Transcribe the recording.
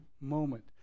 moment